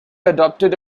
adopted